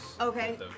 Okay